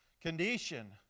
condition